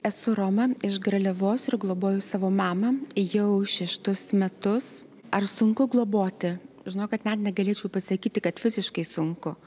esu roma iš garliavos ir globoju savo mamą jau šeštus metus ar sunku globoti žinau kad net negalėčiau pasakyti kad visiškai sunku